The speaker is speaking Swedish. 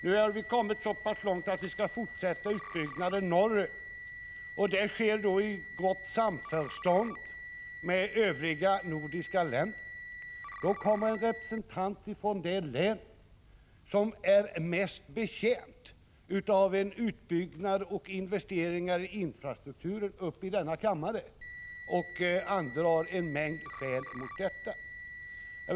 Nu har vi kommit så långt att vi skall fortsätta utbyggnaden norrut. Det sker i gott samförstånd med övriga nordiska länder. Då kommer en representant från det län som är mest betjänt av en utbyggnad och av investeringar i infrastrukturen och andrar i denna kammare en mängd skäl mot detta.